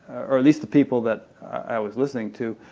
or at least the people that i was listening to,